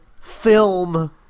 film